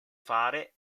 fare